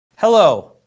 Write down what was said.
hello,